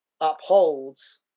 upholds